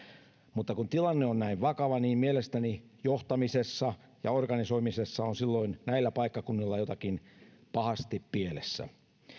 mutta kun tilanne on näin vakava niin mielestäni johtamisessa ja organisoimisessa on silloin näillä paikkakunnilla jotakin pahasti pielessä